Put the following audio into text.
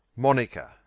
Monica